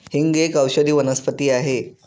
हिंग एक औषधी वनस्पती आहे